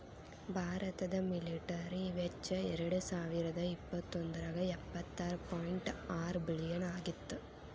ಭಾರತದ ಮಿಲಿಟರಿ ವೆಚ್ಚ ಎರಡಸಾವಿರದ ಇಪ್ಪತ್ತೊಂದ್ರಾಗ ಎಪ್ಪತ್ತಾರ ಪಾಯಿಂಟ್ ಆರ ಬಿಲಿಯನ್ ಆಗಿತ್ತ